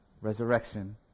resurrection